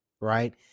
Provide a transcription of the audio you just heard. Right